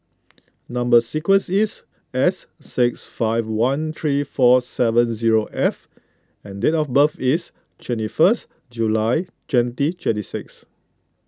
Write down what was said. Number Sequence is S six five one three four seven zero F and date of birth is twenty first July twenty twenty six